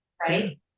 Right